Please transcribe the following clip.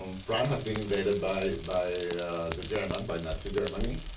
um france has been invaded by by the germans, by nazi germany.